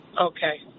Okay